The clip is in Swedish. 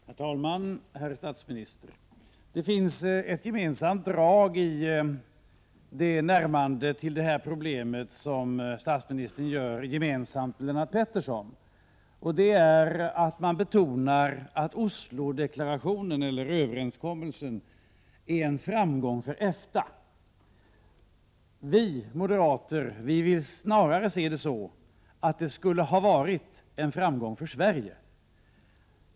Herr talman! Herr statsminister! Det finns ett gemensamt drag i närmandet till detta problem som statsministern gör gemensamt med Lennart Pettersson: man betonar att Osloöverenskommelsen är en framgång för EFTA. Vi moderater vill snarare se det så, att det skulle ha varit en framgång för Sverige.